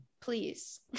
please